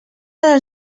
del